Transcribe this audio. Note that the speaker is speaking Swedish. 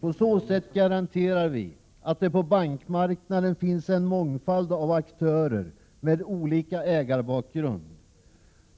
På så sätt garanterar vi att det på bankmarknaden finns en mångfald aktörer med olika ägarbakgrund.